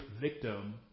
victim